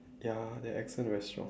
ya their accent very strong